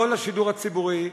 לא לשידור הציבורי,